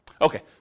Okay